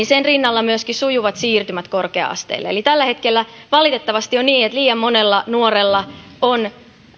sen rinnalla myöskin sujuvat siirtymät korkea asteelle tällä hetkellä valitettavasti on niin että liian monella nuorella on